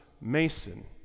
Mason